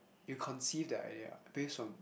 you conceive the idea what based on